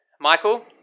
Michael